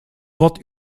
wort